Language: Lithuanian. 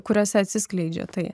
kuriose atsiskleidžia tai